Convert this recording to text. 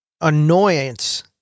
annoyance